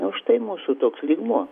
užtai mūsų toks lygmuo